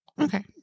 Okay